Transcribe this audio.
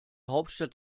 hauptstadt